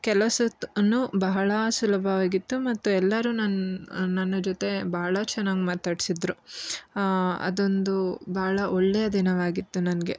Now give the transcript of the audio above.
ಕೆಲಸದ ಅನ್ನು ಬಹಳ ಸುಲಭವಾಗಿತ್ತು ಮತ್ತು ಎಲ್ಲರೂ ನನ್ನ ನನ್ನ ಜೊತೆ ಭಾಳ ಚೆನ್ನಾಗಿ ಮಾತಾಡಿಸಿದ್ರು ಅದೊಂದು ಭಾಳ ಒಳ್ಳೆಯ ದಿನವಾಗಿತ್ತು ನನಗೆ